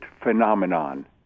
phenomenon